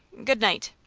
good-night!